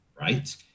right